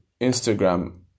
Instagram